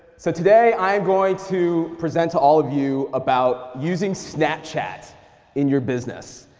so today i am going to present to all of you about using snapchat in your business,